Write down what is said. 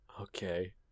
Okay